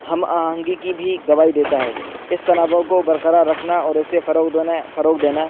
ہم آہنگی کی بھی گواہی دیتا ہے اس تنوع کو برقرار رکھنا اور اسے فروغ دینا فروغ دینا